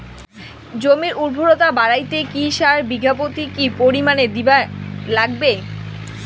জমির উর্বরতা বাড়াইতে কি সার বিঘা প্রতি কি পরিমাণে দিবার লাগবে?